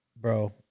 bro